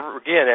again